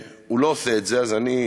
הוא לא עושה את זה, אז אני,